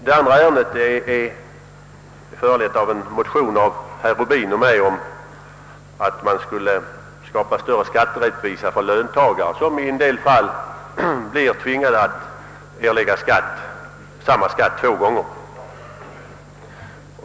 Den andra fråga jag här vill beröra är föranledd av en motion av herr Rubin och mig. Den gäller skapandet av större skatterättvisa för löntagare som nu i en del fall får erlägga samma skatt två gånger.